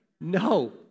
No